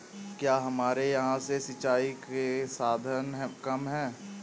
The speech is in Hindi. क्या हमारे यहाँ से सिंचाई के साधन कम है?